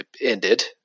ended